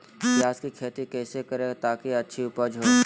प्याज की खेती कैसे करें ताकि अच्छी उपज हो?